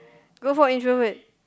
good for introvert